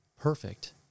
perfect